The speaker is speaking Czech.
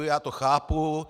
Já to chápu.